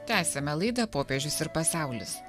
tęsiame laidą popiežius ir pasaulis